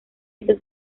este